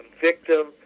victim